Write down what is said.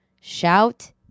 Shout